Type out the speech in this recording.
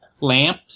lamp